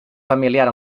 familiar